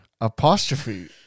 apostrophe